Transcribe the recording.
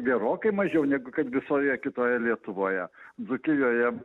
gerokai mažiau negu kad visoje kitoje lietuvoje dzūkijoje